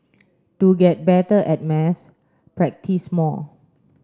to get better at maths practice more